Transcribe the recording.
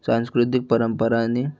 सांस्कृतिक परंपरांनी